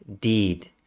deed